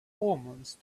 omens